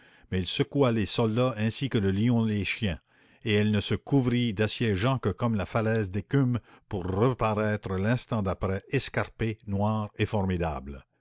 mais elle secoua les soldats ainsi que le lion les chiens et elle ne se couvrit d'assiégeants que comme la falaise d'écume pour reparaître l'instant d'après escarpée noire et formidable